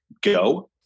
Go